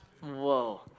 whoa